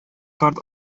карт